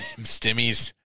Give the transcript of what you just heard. Stimmies